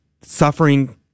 suffering